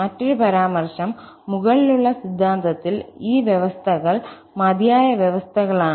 മറ്റൊരു പരാമർശം മുകളിലുള്ള സിദ്ധാന്തത്തിൽ ഈ വ്യവസ്ഥകൾ മതിയായ വ്യവസ്ഥകളാണ്